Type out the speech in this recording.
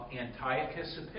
Antiochus